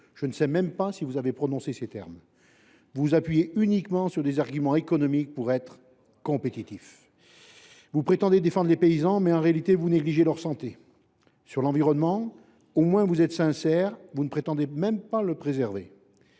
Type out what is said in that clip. je ne sais même pas si vous avez prononcé ces termes ! Vous vous appuyez uniquement sur des arguments économiques et de compétitivité. Vous prétendez défendre les paysans, mais en réalité vous négligez leur santé. Au sujet de l’environnement, au moins, vous êtes sincères : vous ne prétendez même pas vouloir le préserver.